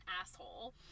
asshole